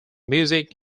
music